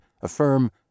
affirm